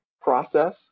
process